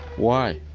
why?